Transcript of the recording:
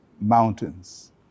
mountains